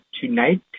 tonight